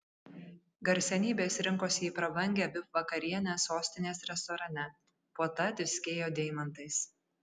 garsenybės rinkosi į prabangią vip vakarienę sostinės restorane puota tviskėjo deimantais